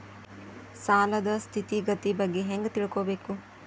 ಸಾಲದ್ ಸ್ಥಿತಿಗತಿ ಬಗ್ಗೆ ಹೆಂಗ್ ತಿಳ್ಕೊಬೇಕು?